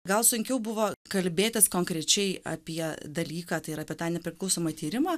gal sunkiau buvo kalbėtis konkrečiai apie dalyką tai yra apie tą nepriklausomą tyrimą